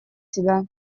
себя